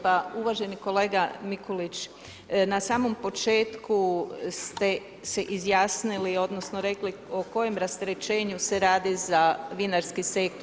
Pa uvaženi kolega Mikulić, na samom početku ste se izjasnili, odnosno rekli o kojem rasterećenju se radi za vinarski sektor.